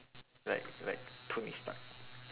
like like tony stark